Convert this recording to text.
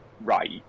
right